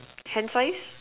hence wise